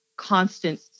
constant